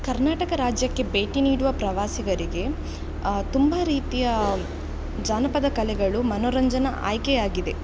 ಕರ್ನಾಟಕ ರಾಜ್ಯಕ್ಕೆ ಭೇಟಿ ನೀಡುವ ಪ್ರವಾಸಿಗರಿಗೆ ತುಂಬ ರೀತಿಯ ಜಾನಪದ ಕಲೆಗಳು ಮನೋರಂಜನೆ ಆಯ್ಕೆ ಆಗಿದೆ